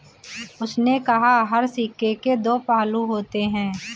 उसने कहा हर सिक्के के दो पहलू होते हैं